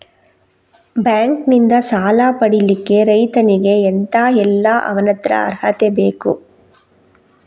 Bank ನಿಂದ ಸಾಲ ಪಡಿಲಿಕ್ಕೆ ರೈತನಿಗೆ ಎಂತ ಎಲ್ಲಾ ಅವನತ್ರ ಅರ್ಹತೆ ಬೇಕು?